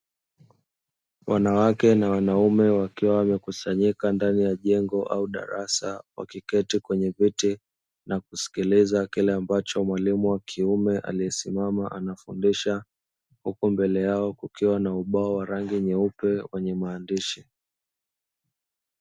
Wanawake na wanaume wakiwa wamekusanyika ndani ya jengo au darasa wakiketi kwenye viti na kusikiliza kile ambacho mwalimu wa kiume aliyesimama anafundisha, huku mbele yao kukiwa na ubao wa rangi nyeupe wenye maandishi.